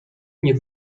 nie